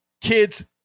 kids